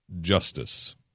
Justice